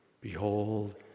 Behold